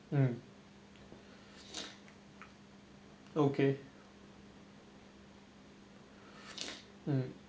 mm okay mm